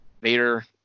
Vader